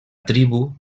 tribu